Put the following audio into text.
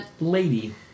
Lady